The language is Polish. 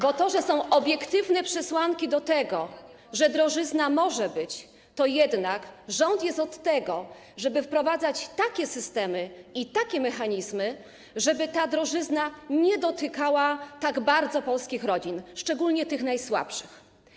Bo mimo że są obiektywne przesłanki tego, że drożyzna może być, to jednak rząd jest od tego, żeby wprowadzać takie systemy i takie mechanizmy, żeby ta drożyzna nie dotykała tak bardzo polskich rodzin, szczególnie tych najsłabszych.